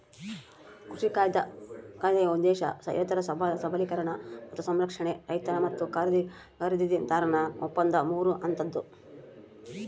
ಕೃಷಿ ಕಾಯ್ದೆಯ ಉದ್ದೇಶ ರೈತರ ಸಬಲೀಕರಣ ಮತ್ತು ಸಂರಕ್ಷಣೆ ರೈತ ಮತ್ತು ಖರೀದಿದಾರನ ಒಪ್ಪಂದ ಮೂರು ಹಂತದ್ದು